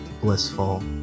blissful